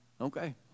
Okay